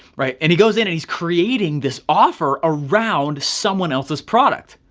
right? and he goes in and he's creating this offer around someone else's product.